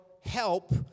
help